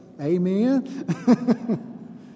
Amen